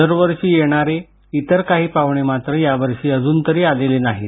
दरवर्षी येणारे इतर काही पाहणे मात्र यावर्षी अजून तरी आलेले नाहीत